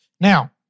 Now